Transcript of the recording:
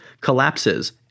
collapses